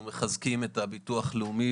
אנחנו מחזקים את הביטוח הלאומי,